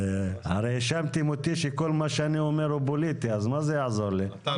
הרי האשמתם אותי שכל מה שאני אומר הוא פוליטי אז מה זה יעזור לי?